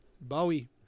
Bowie